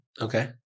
Okay